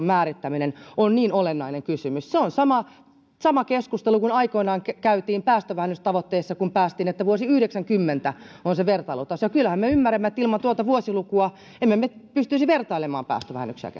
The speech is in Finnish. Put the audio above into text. määrittäminen on niin olennainen kysymys se on sama sama keskustelu kuin aikoinaan käytiin päästövähennystavoitteesta kun päästiin siihen että vuosi yhdeksänkymmentä on se vertailutaso kyllähän me ymmärrämme että ilman tuota vuosilukua emme me pystyisi vertailemaan päästövähennyksiä